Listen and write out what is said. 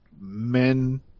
men